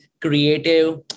creative